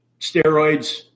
steroids